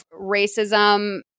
racism